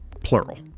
plural